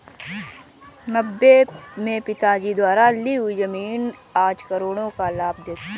नब्बे में पिताजी द्वारा ली हुई जमीन आज करोड़ों का लाभ देगी